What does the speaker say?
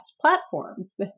platforms